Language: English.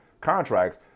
contracts